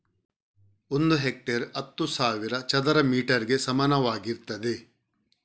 ಒಂದು ಹೆಕ್ಟೇರ್ ಹತ್ತು ಸಾವಿರ ಚದರ ಮೀಟರ್ ಗೆ ಸಮಾನವಾಗಿರ್ತದೆ